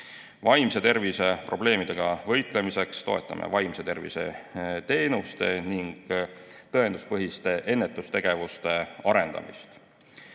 Vaimse tervise probleemidega võitlemiseks toetame vaimse tervise teenuste ning tõenduspõhiste ennetustegevuste arendamist.